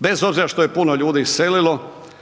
bez obzira što je puno ljudi iselilo,